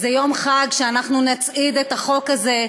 ואנחנו נצעיד את החוק הזה,